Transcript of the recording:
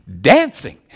dancing